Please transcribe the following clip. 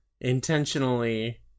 intentionally